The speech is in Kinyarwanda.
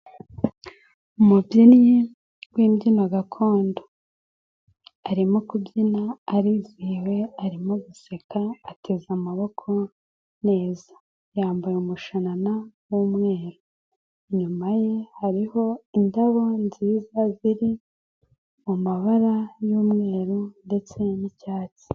Umubyinnyi w'imbyino gakondo. Arimo kubyina arizihiwe arimo guseka ateze amaboko, neza, yambaye umushanana w'umweru. Inyuma ye hariho indabo nziza ziri, mumabara y'umweru ndetse n'icyatsi.